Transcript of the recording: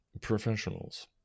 professionals